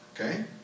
okay